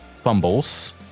Fumbles